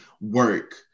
work